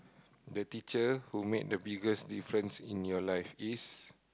the teacher who make the biggest difference in your life is